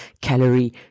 calorie